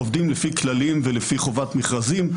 עובדים לפי כללים ולפי חובת מכרזים.